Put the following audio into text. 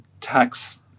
tax